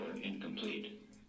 incomplete